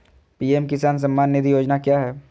PM Kisan Samman Nidhi योजना क्या है?